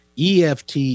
EFT